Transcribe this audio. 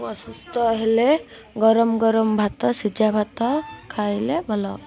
ଅସୁସ୍ଥ ହେଲେ ଗରମ ଗରମ ଭାତ ସିଝା ଭାତ ଖାଇଲେ ଭଲ